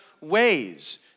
ways